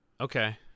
Okay